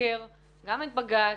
לבקר גם את בג"ץ,